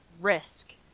risk